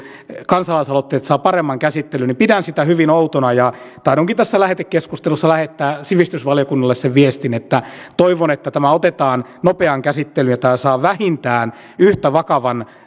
kansalaisaloitteet saavat paremman käsittelyn pidän sitä hyvin outona tahdonkin tässä lähetekeskustelussa lähettää sivistysvaliokunnalle sen viestin että toivon että tämä otetaan nopeaan käsittelyyn ja tämä saa vähintään yhtä vakavan